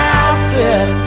outfit